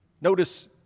Notice